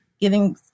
giving